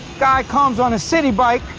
guy comes on a city bike,